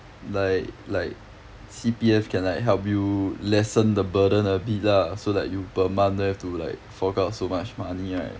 like like C_P_F can like help you lessen the burden a bit lah so like you per month don't have to like fork out so much money right